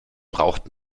braucht